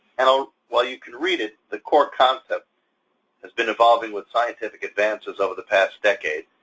and ah while you can read it, the core concept has been evolving with scientific advances over the past decade,